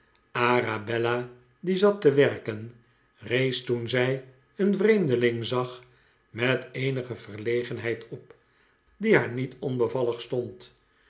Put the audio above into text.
arabella die zat te werken rees toen zij een vreemdeling zag met eenige verlegenheid op die haar niet onbevallig stond